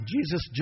Jesus